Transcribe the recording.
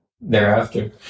thereafter